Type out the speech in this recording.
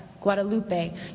Guadalupe